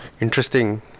Interesting